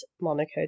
Monaco